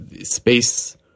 space